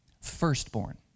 firstborn